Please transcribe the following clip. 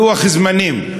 לוח זמנים.